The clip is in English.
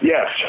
Yes